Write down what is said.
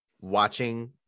watching